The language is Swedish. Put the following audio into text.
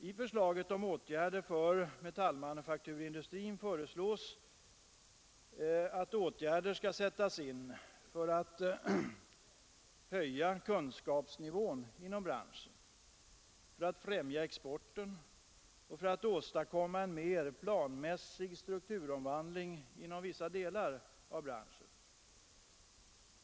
De åtgärder som föreslås för metallmanufakturindustrin syftar till att höja kunskapsnivån inom branschen, främja exporten och åstadkomma en mer planmässig strukturomvandling inom vissa delar av branschen.